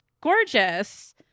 gorgeous